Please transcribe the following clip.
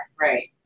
Right